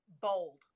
bold